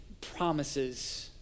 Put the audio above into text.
Promises